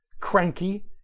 cranky